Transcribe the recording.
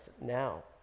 now